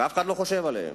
ואף אחד לא חושב עליהם.